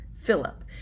philip